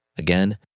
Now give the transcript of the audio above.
Again